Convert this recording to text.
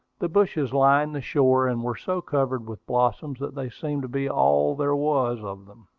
the bushes lined the shore, and were so covered with blossoms that they seemed to be all there was of them.